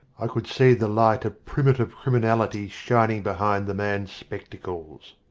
i could see the light of primitive criminality shining behind the man's spectacles.